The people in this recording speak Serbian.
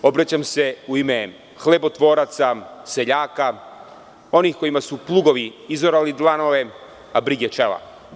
Obraćam se u ime hlebotvoraca, seljaka, onih kojima su plugovi izorali dlanove, a brige čela.